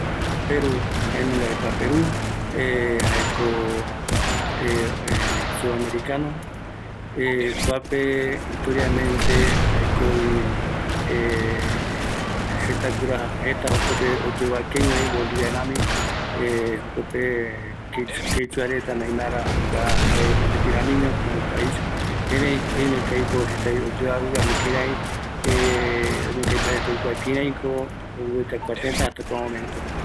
Kua tëtä peru, oyovake sërëta rämiño, oyovake reji, kuape oïme jeta oeya teko kavi yandeve yadeɨpɨ reta, yae yave cultura Inka reta, añavë rupi, jokoropi kua Tëtä jëräküa yeye, kuarupi kua tëtä oipota rupi jëräküa jare oikuava